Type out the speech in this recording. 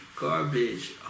garbage